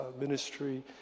ministry